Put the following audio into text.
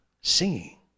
singing